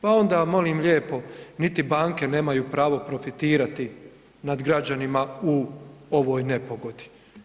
Pa onda molim lijepo. niti banke nemaju pravo profitirati nad građanima u ovoj nepogodi.